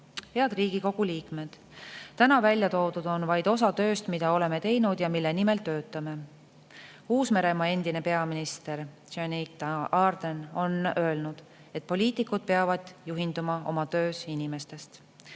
Head Riigikogu liikmed, täna väljatoodu on vaid osa tööst, mida oleme teinud ja mille nimel töötame. Uus-Meremaa endine peaminister Jacinda Ardern on öelnud, et poliitikud peavad oma töös juhinduma inimestest.